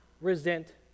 resent